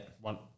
One